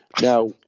Now